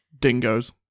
Dingoes